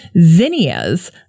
zinnias